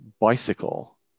bicycle